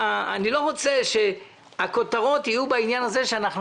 אני לא רוצה שהכותרות יהיו בעניין הזה שאנחנו